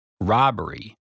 robbery